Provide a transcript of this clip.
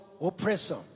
oppressor